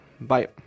bye